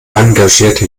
engagierte